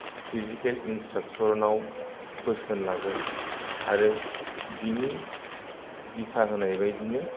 physical इन्सट्राक्ट'रनाव बोसोन लागोन आरो बिनि दिथा होनाय बायदिनो